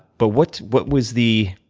but what what was the